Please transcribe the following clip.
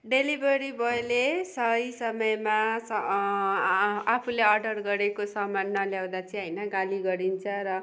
delivery बोयले सही समयमा आफूले अर्डर गरेको सामान नल्याउँदा चाहिँ होइन गाली गरिन्छ र